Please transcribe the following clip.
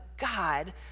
God